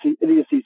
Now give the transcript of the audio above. idiocy